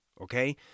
Okay